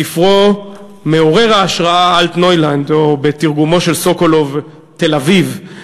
בספרו מעורר ההשראה "אלטנוילנד" או בתרגומו של סוקולוב "תל-אביב"